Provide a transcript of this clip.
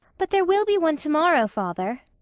but there will be one to-morrow, father.